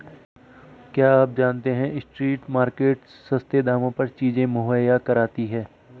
क्या आप जानते है स्ट्रीट मार्केट्स सस्ते दामों पर चीजें मुहैया कराती हैं?